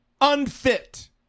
unfit